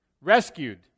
Rescued